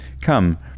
Come